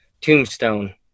Tombstone